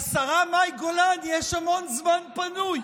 לשרה מאי גולן יש המון זמן פנוי.